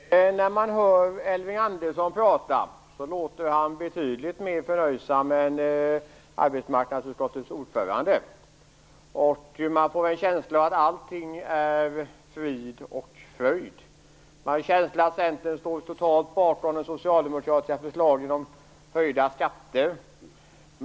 Herr talman! När man hör Elving Andersson prata låter han betydligt mer förnöjsam än arbetsmarknadsutskottets ordförande. Man får en känsla av att allting är frid och fröjd. Man får en känsla av att Centern står totalt bakom de socialdemokratiska förslagen om höjda skatter.